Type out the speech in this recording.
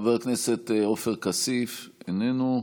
חבר הכנסת עופר כסיף, איננו.